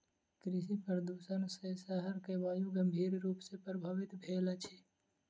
कृषि प्रदुषण सॅ शहर के वायु गंभीर रूप सॅ प्रभवित भेल अछि